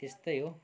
त्यस्तै हो